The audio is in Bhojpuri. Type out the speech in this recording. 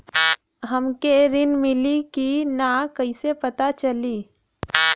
हमके ऋण मिली कि ना कैसे पता चली?